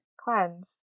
cleanse